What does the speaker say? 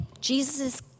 Jesus